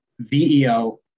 VEO